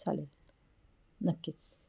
चालेल नक्कीच